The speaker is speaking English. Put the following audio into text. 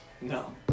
No